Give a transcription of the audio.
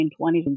1920s